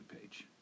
page